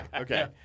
okay